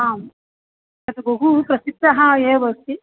आम् तत् बहु प्रसिद्धम् एव अस्ति